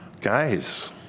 guys